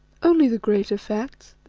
only the greater facts,